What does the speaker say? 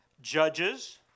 Judges